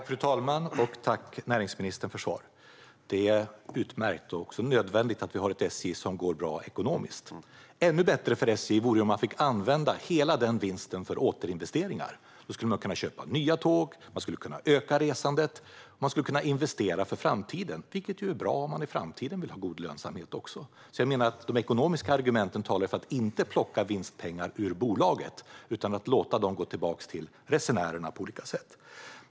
Fru talman! Jag tackar näringsministern för svaret. Det är utmärkt och också nödvändigt att SJ går bra ekonomiskt. Ännu bättre för SJ vore det om man fick använda hela vinsten för återinvesteringar. Då skulle man kunna köpa nya tåg, öka resandet och investera för framtiden, vilket är bra om man även i framtiden vill ha god lönsamhet. De ekonomiska argumenten talar alltså för att inte plocka vinstpengar ur bolaget utan låta dem gå tillbaka till resenärerna på olika sätt.